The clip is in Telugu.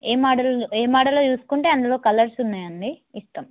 ఏ మోడల్ ఏ మోడల్లో చూసుకుంటే అందులో కలర్స్ ఉన్నాయి అండి ఇస్తాం